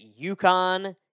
UConn